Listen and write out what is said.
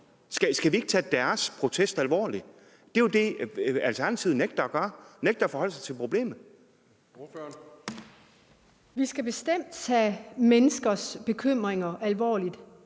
Skal vi ikke tage deres protest alvorligt? Det er jo det, Alternativet nægter at gøre. Man nægter at forholde sig til problemet. Kl. 17:55 Anden næstformand (Kristian